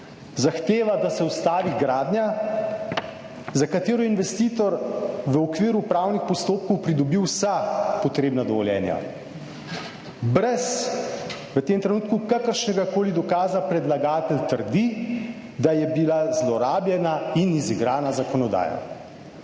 zahteva da se ustavi gradnja, za katero je investitor v okviru upravnih postopkov pridobi vsa potrebna dovoljenja. Brez, v tem trenutku kakršnegakoli dokaza predlagatelj trdi, da je bila zlorabljena in izigrana zakonodaja.